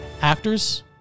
actors